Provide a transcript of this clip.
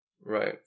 Right